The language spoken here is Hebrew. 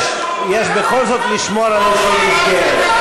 יש בכל זאת לשמור על איזו מסגרת.